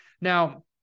Now